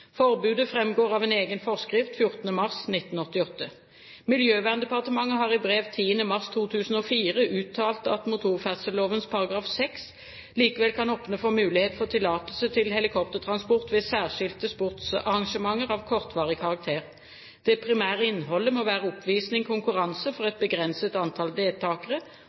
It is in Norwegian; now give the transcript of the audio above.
Forbudet framgår av en egen forskrift 14. mars 1988. Miljøverndepartementet har i brev 10. mars 2004 uttalt at motorferdselloven § 6 likevel kan åpne for mulighet for tillatelse til helikoptertransport ved særskilte sportsarrangementer av kortvarig karakter. Det primære innholdet må være oppvisning/konkurranse for et begrenset antall deltakere,